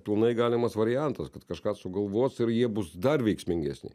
pilnai galimas variantas kad kažką sugalvos ir jie bus dar veiksmingesni